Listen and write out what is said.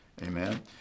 Amen